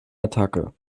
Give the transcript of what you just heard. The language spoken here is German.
attacke